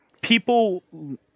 people